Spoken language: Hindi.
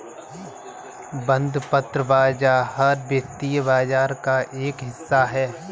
बंधपत्र बाज़ार वित्तीय बाज़ार का एक हिस्सा है